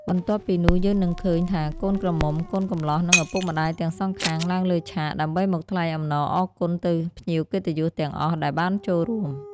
បន្ទាប់ពីនោះយើងនឹងឃើញ ថាកូនក្រមុំកូនកំលោះនិងឪពុកម្តាយទាំងសងខាងឡើងលើឆាក ដើម្បីមកថ្លែងអំណអរគុណទៅភ្ញៀវកិត្តិយសទាំងអស់ដែលបានចូលរួម។